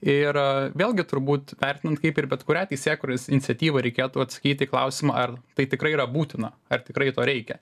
ir vėlgi turbūt vertinant kaip ir bet kurią teisėkūros iniciatyvą reikėtų atsakyti į klausimą ar tai tikrai yra būtina ar tikrai to reikia